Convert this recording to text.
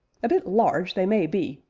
a bit large, they may be,